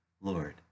Lord